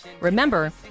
Remember